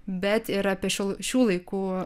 bet ir apie šiol šių laikų